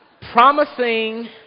Promising